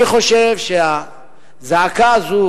אני חושב שהזעקה הזאת